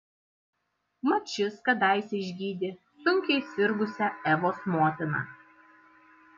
mat šis kadaise išgydė sunkiai sirgusią evos motiną